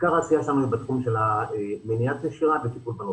עיקר העשייה שמנו בתחום של מניעת נשירה וטיפול בנושרים.